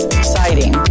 exciting